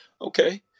okay